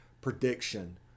prediction